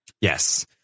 Yes